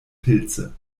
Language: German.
pilze